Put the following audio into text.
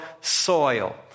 soil